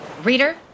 Reader